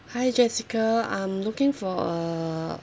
hi jessica I'm looking for a